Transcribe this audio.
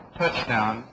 touchdown